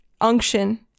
unction